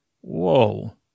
Whoa